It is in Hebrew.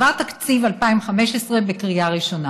עבר תקציב 2015 בקריאה ראשונה.